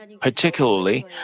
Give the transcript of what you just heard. Particularly